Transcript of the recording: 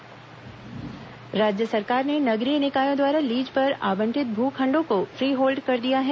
भू खंड फ्रीहोल्ड राज्य सरकार ने नगरीय निकायों द्वारा लीज पर आवंटित भू खंडों को फ्री होल्ड कर दिया है